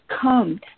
come